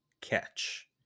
catch